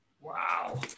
Wow